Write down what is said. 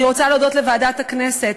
אני רוצה להודות לוועדת הכנסת,